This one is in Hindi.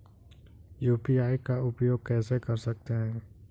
यू.पी.आई का उपयोग कैसे कर सकते हैं?